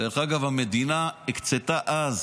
דרך אגב, המדינה הקצתה אז